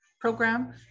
program